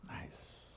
nice